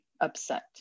upset